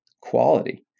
Quality